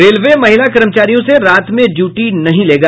railway महिला कर्मचारियों से रात में ड्यूटी नहीं लेगा